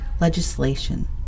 legislation